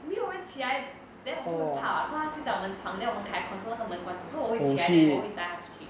没有人起来 then 我就会怕 lah cause 它睡在我们床 then 我们开 aircon so 那个门关住 so 我会起来我会带它出去